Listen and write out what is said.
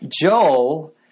Joel